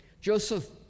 Joseph